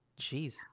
Jeez